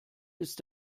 ist